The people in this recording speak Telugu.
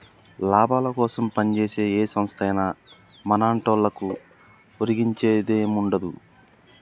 లాభాలకోసం పంజేసే ఏ సంస్థైనా మన్లాంటోళ్లకు ఒరిగించేదేముండదు